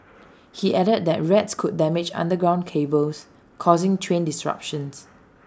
he added that rats could damage underground cables causing train disruptions